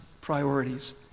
priorities